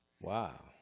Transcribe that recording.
Wow